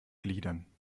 gliedern